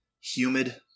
Humid